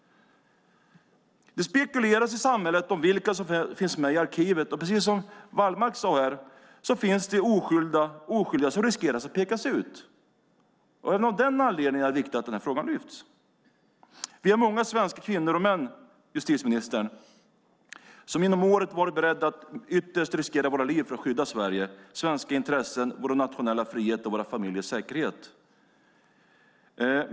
Det spekuleras i samhället om vilka som finns med i arkivet. Precis som Wallmark sade finns det oskyldiga som riskerar att pekas ut. Av den anledningen är det viktigt att frågan lyfts upp. Det finns många svenska kvinnor och män, justitieministern, som genom åren har varit beredda att ytterst riskera sina liv för att skydda Sverige, svenska intressen, vår nationella frihet och våra familjers säkerhet.